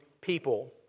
people